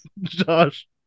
Josh